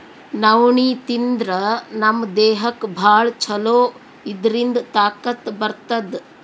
ನವಣಿ ತಿಂದ್ರ್ ನಮ್ ದೇಹಕ್ಕ್ ಭಾಳ್ ಛಲೋ ಇದ್ರಿಂದ್ ತಾಕತ್ ಬರ್ತದ್